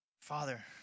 Father